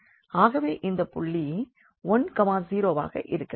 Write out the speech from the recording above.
ஆகவே இந்தப் புள்ளி 10வாக இருக்கிறது